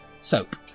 soap